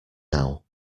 now